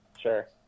sure